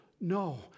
No